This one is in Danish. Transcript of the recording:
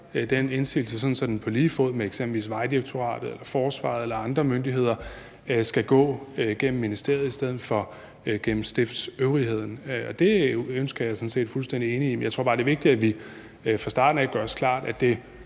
den på lige fod med eksempelvis Vejdirektoratet eller Forsvaret eller andre myndigheder skal gå igennem ministeriet i stedet for igennem stiftsøvrigheden. Det ønske er jeg sådan set fuldstændig enig i, men jeg tror bare, det er vigtigt, at vi fra starten af gør os klart, at det